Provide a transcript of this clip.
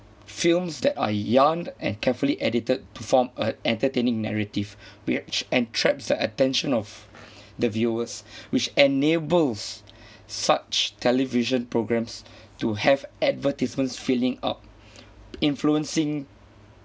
films that are yarned and carefully edited performed a entertaining narrative we~ and traps the attention of the viewers which enables such television programmes to have advertisements filling up influencing